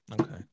Okay